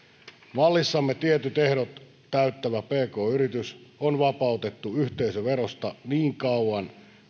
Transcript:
mallissamme tietyt ehdot täyttävä pk yritys on vapautettu yhteisöverosta niin kauan